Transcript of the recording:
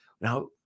Now